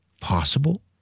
possible